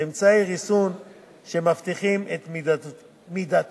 ואמצעי ריסון שמבטיחים את מידתיותה.